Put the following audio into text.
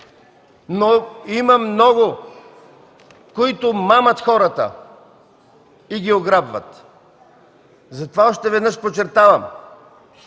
но има много, които мамят хората и ги ограбват. Затова още веднъж подчертавам,